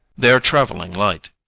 they are travelling light.